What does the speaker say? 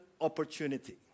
opportunity